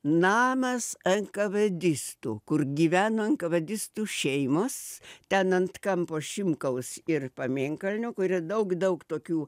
namas enkavedistų kur gyveno enkavedistų šeimos ten ant kampo šimkaus ir pamėnkalnio kur yra daug daug tokių